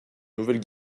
nouvelle